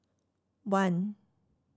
one